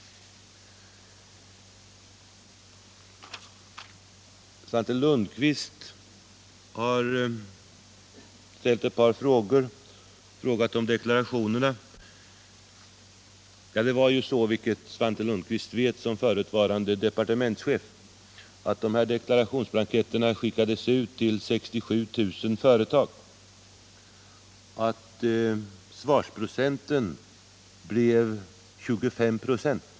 Svante Lundkvist har ställt ett par frågor om deklarationerna. Som förutvarande departementschef känner Svante Lundkvist till att dessa 67 deklarationsblanketter skickades ut till 67 000 företag och att svarsprocenten blev 25.